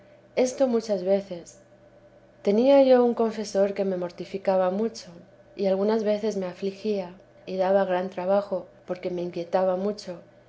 esto muchas veces tenía yo un confesor que me mortificaba mucho y algunas veces riie afligía y daba gran trabajo porque me inquietaba mucho